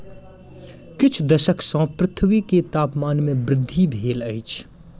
किछ दशक सॅ पृथ्वी के तापमान में वृद्धि भेल अछि